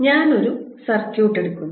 ഞാൻ ഈ സർക്യൂട്ട് എടുക്കുന്നു